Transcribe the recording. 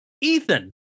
Ethan